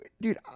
Dude